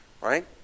right